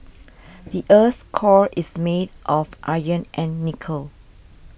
the earth's core is made of iron and nickel